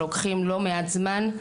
שלוקחים לא מעט זמן,